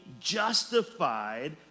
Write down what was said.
justified